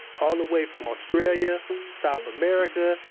all the way from australia south america,